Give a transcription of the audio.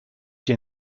dir